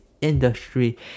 industry